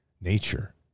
nature